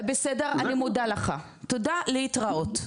בסדר, אני מודה לך, תודה, להתראות.